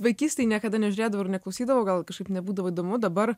vaikystėj niekada nežiūrėdavau ir neklausydavau gal kažkaip nebūdavo įdomu dabar